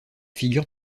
figure